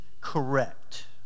correct